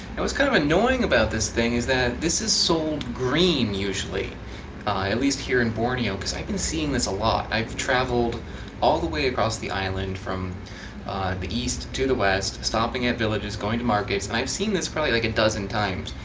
and was kind of annoying about this thing is that this is sold green usually at least here in borneo because i have been seeing this a lot. i've traveled all the way across the island from the east to the west, stopping at villages, going to markets and i've seen this probably like a dozen times,